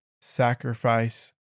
sacrifice